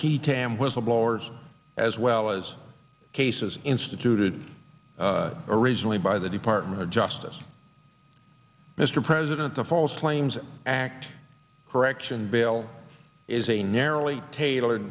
key tam whistleblowers as well as cases instituted originally by the department of justice mr president the false claims act correction bail is a narrowly tailor